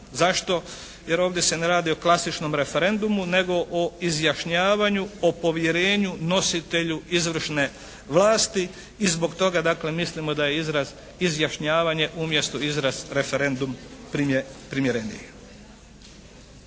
Zašto? Jer ovdje se ne radi o klasičnom referendumu nego o izjašnjavanju o povjerenju nositelju izvršne vlasti i zbog toga dakle mislimo da je izraz "izjašnjavanje" umjesto izraz "referendum" primjereniji.